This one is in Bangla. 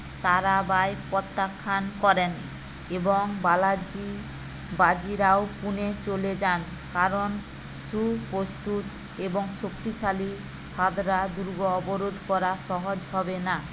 তারাবাঈ প্রত্যাখ্যান করেন এবং বালাজি বাজি রাও পুনে চলে যান কারণ সুপ্রস্তুত এবং শক্তিশালী সাতরা দুর্গ অবরোধ করা সহজ হবে না